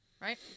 right